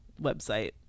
website